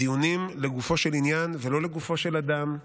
בדיונים לגופו של עניין ולא לגופו של אדם,